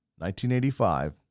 1985